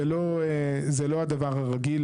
זה לא הדבר הרגיל,